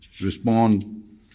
respond